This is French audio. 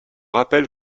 rappelle